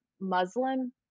Muslim